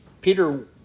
Peter